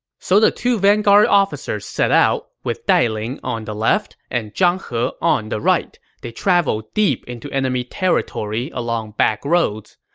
so the two vanguard officers set out, with dai ling on the left, and zhang he on the right, traveling deep into enemy territory along backroads.